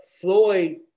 Floyd